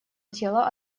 тело